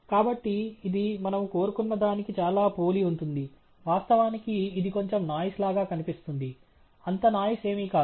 కాబట్టి ఇది మనము కోరుకున్నదానికి చాలా పోలి ఉంటుంది వాస్తవానికి ఇది కొంచెం నాయిస్ లాగా కనిపిస్తుంది అంత నాయిస్ ఏమి కాదు